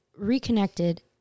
reconnected